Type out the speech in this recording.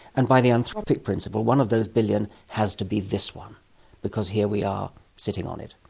and by the anthropic principle, one of those billion has to be this one because here we are sitting on it.